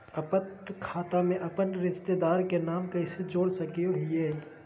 अपन खाता में अपन रिश्तेदार के नाम कैसे जोड़ा सकिए हई?